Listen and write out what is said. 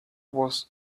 was